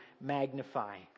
magnify